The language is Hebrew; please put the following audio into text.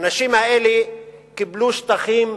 האנשים האלה קיבלו שטחים,